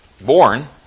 born